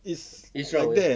it's like that